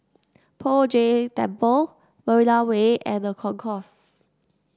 Poh Jay Temple Marina Way and The Concourse